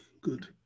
good